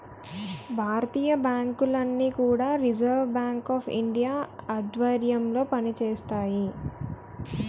భారతీయ బ్యాంకులన్నీ కూడా Reserve Bank of India ఆధ్వర్యంలో పనిచేస్తాయి